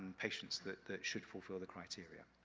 and patients that that should fulfill the criteria.